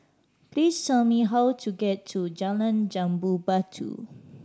please tell me how to get to Jalan Jambu Batu